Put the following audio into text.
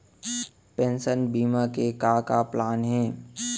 Pension बीमा के का का प्लान हे?